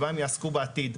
במה הם יעסקו בעתיד.